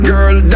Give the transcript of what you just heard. Girl